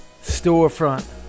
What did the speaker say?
storefront